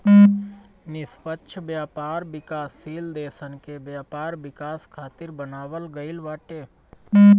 निष्पक्ष व्यापार विकासशील देसन के व्यापार विकास खातिर बनावल गईल बाटे